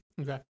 okay